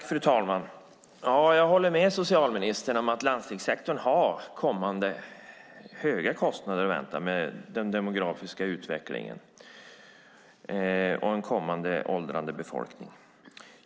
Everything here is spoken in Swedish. Fru talman! Jag håller med socialministern om att landstingssektorn har höga kostnader att vänta genom den demografiska utvecklingen och en åldrande befolkning.